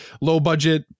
low-budget